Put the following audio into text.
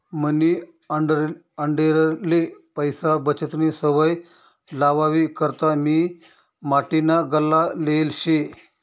मनी आंडेरले पैसा बचतनी सवय लावावी करता मी माटीना गल्ला लेयेल शे